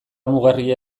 mugarria